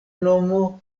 nomo